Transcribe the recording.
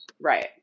right